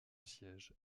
siège